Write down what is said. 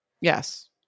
Yes